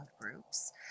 groups